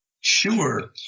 Sure